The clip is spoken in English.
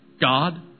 God